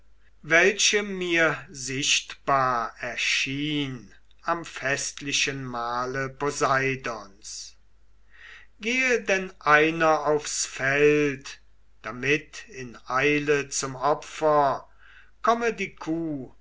welche mir sichtbar erschien am festlichen mahle poseidons gehe dann einer aufs feld damit in eile zum opfer komme die kuh